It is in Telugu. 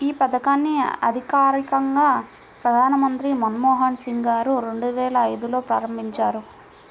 యీ పథకాన్ని అధికారికంగా ప్రధానమంత్రి మన్మోహన్ సింగ్ గారు రెండువేల ఐదులో ప్రారంభించారు